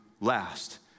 last